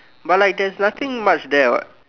but like there's nothing much there what